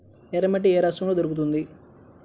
ఎర్రమట్టి ఏ రాష్ట్రంలో దొరుకుతుంది?